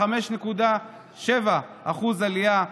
5.7% עלייה,